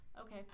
Okay